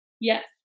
Yes